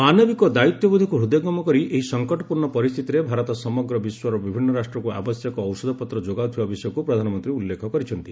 ମାନବିକ ଦାୟିତ୍ୱବୋଧକୁ ହୃଦୟଙ୍ଗମ କରି ଏହି ସଙ୍କଟପୂର୍ଣ୍ଣ ପରିସ୍ଥିତିରେ ଭାରତ ସମଗ୍ର ବିଶ୍ୱର ବିଭିନ୍ନ ରାଷ୍ଟ୍ରକୁ ଆବଶ୍ୟକ ଔଷଧପତ୍ର ଯୋଗାଉଥିବା ବିଷୟକୁ ପ୍ରଧାନମନ୍ତ୍ରୀ ଉଲ୍ଲେଖ କରିଛନ୍ତି